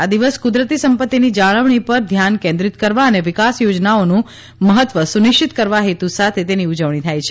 આ દિવસ કુદરતી સંપત્તિની જાળવણી પર ધ્યાન કેન્દ્રિત કરવા અને વિકાસ યોજનાઓનું મહત્વ સુનિશ્ચિત કરવાના હેતુ સાથે તેની ઉજવણી થાય છે